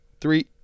Three